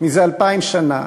זה אלפיים שנה,